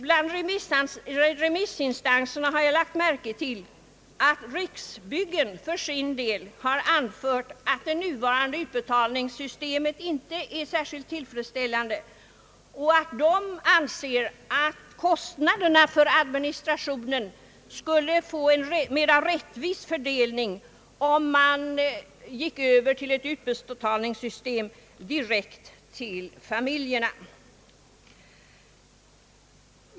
Bland remissinstanserna har Riksbyggen för sin del framhållit, att det nuvarande utbetalningssystemet inte är särskilt tillfredsställande och att kostnaderna för administrationen skulle fördelas mera rättvist om man gick över till ett system med utbetalning direkt till familjerna.